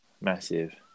Massive